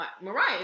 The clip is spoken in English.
Mariah